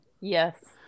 Yes